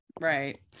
Right